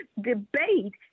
debate